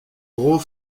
gros